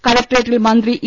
കലക്ട്രേറ്റിൽ മന്ത്രി ഇ